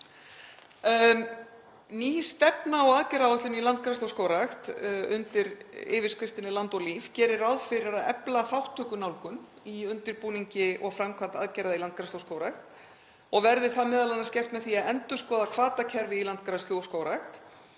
Ný stefna og aðgerðaáætlun í landgræðslu og skógrækt undir yfirskriftinni Land og líf gerir ráð fyrir að efla þátttökunálgun í undirbúningi og framkvæmd aðgerða í landgræðslu og skógrækt og verður það m.a. gert með því að endurskoða hvatakerfi í landgræðslu og skógrækt.